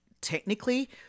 technically